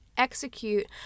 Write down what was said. execute